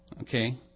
Okay